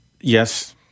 yes